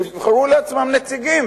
יבחרו לעצמם נציגים,